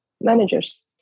managers